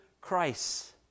Christ